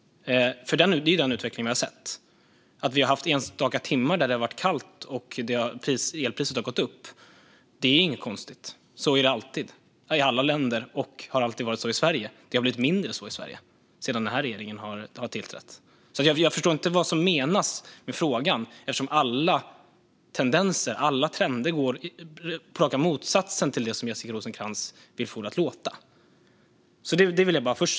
Det är ju den utvecklingen vi har sett. Att vi har haft enstaka timmar då det har varit kallt och elpriset har gått upp är inget konstigt. Så är det alltid, i alla länder, och det har alltid varit så i Sverige. Det har blivit mindre så i Sverige sedan den här regeringen tillträdde. Jag förstår inte vad som menas med frågan. Alla tendenser och trender visar på raka motsatsen till det som Jessica Rosencrantz vill få det att låta som. Detta vill jag ha sagt först.